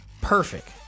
perfect